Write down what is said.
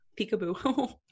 Peekaboo